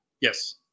Yes